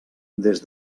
des